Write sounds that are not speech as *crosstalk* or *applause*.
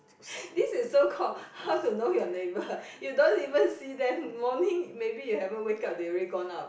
*breath* this is so called how to know your neighbour you don't even see them morning maybe you haven't wake up they already gone out